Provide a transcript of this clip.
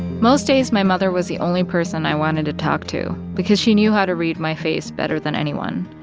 most days, my mother was the only person i wanted to talk to because she knew how to read my face better than anyone.